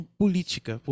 política